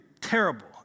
terrible